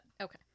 Okay